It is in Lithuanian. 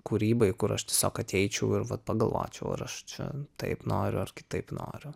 kūrybai kur aš tiesiog ateičiau ir vat pagalvočiau ar aš čia taip noriu ar kitaip noriu